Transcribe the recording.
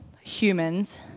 humans